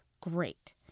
Great